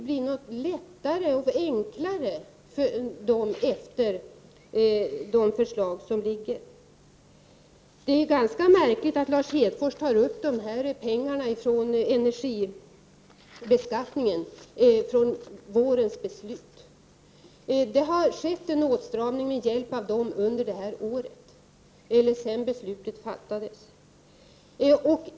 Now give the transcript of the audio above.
Blir det lättare och enklare efter genomförandet av de förslag som föreligger? Det är ganska märkligt att Lars Hedfors tar upp pengarna från vårens beslut om energibeskattningen. Det har skett en åtstramning med hjälp av den beskattningen sedan beslutet fattades.